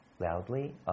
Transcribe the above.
Loudly